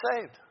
saved